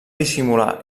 dissimular